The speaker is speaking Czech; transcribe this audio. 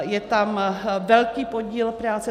Je tam velký podíl práce.